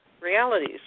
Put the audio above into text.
realities